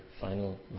final